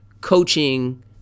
coaching